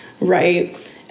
Right